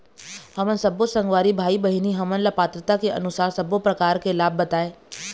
हमन सब्बो संगवारी भाई बहिनी हमन ला पात्रता के अनुसार सब्बो प्रकार के लाभ बताए?